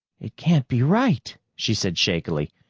it can't be right, she said shakily.